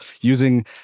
using